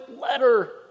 letter